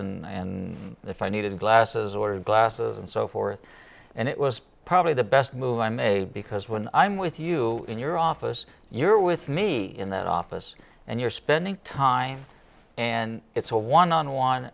and if i needed glasses or glasses and so forth and it was probably the best move i made because when i'm with you in your office you're with me in that office and you're spending time and it's a one on one